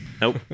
nope